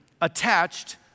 attached